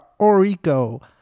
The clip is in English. Orico